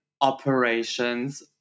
Operations